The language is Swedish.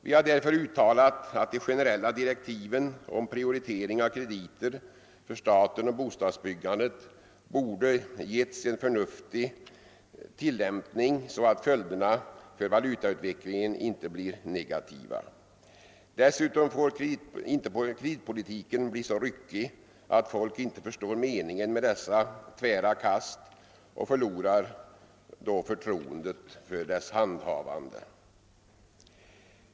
Vi har därför uttalat, att de generella direktiven om prioritering av krediter för staten och bostadsbyggandet borde ha getts en förnuftig tillämpning så att följderna för valutautvecklingen inte blir negativa. Dessutom får inte kreditpolitiken bli så ryckig att folk inte förstår meningen med dessa tvära kast; man förlorar då förtroendet för kreditpolitikens handhavande.